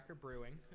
Brewing